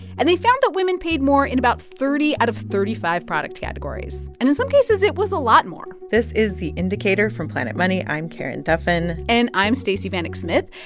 and they found that women paid more in about thirty out of thirty five product categories. and in some cases, it was a lot more this is the indicator from planet money. i'm karen duffin and i'm stacey vanek smith.